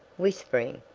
whispering,